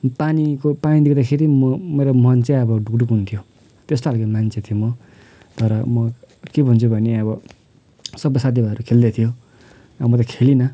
पानीको पानी देख्दाखेरि मेरो मन चाहिँ अब ढुकढुक हुन्थ्यो त्यस्तो खाल्को मान्छे थिएँ म तर म के भन्छु भने अब सबै साथीभाइहरू खेल्दैथ्यो र म त खेलिनँ